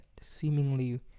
seemingly